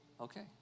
Okay